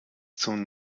zum